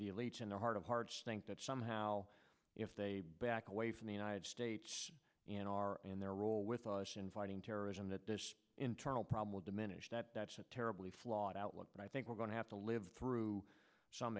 elites in their heart of hearts think that somehow if they back away from the united states and are in their role with us in fighting terrorism that this internal problem will diminish that that's a terribly flawed outlook and i think we're going to have to live through some